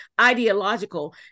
ideological